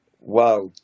wow